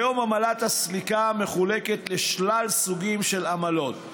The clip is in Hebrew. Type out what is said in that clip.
כיום עמלת הסליקה מחולקת לשלל סוגים של עמלות.